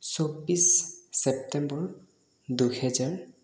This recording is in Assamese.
চৌব্বিছ ছেপ্তেম্বৰ দুহেজাৰ